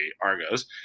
Argos